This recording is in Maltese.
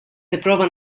nipprova